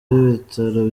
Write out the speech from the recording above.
w’ibitaro